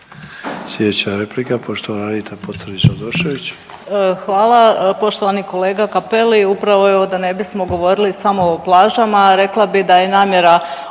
Hvala.